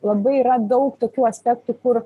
labai yra daug tokių aspektų kur